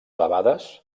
debades